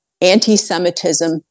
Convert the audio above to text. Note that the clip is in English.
anti-Semitism